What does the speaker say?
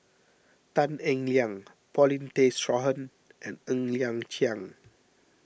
Tan Eng Liang Paulin Tay Straughan and Ng Liang Chiang